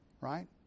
right